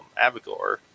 Abigor